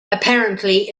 apparently